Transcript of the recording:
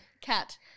Cat